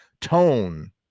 tone